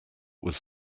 was